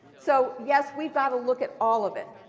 so yes, we've got to look at all of it.